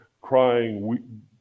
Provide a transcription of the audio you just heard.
crying